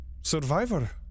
survivor